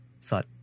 thought